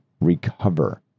recover